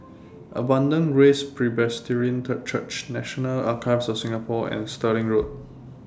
Abundant Grace Presbyterian Church National Archives of Singapore and Stirling Road